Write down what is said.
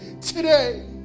today